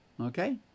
Okay